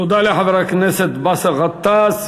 תודה לחבר הכנסת באסל גטאס.